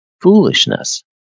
foolishness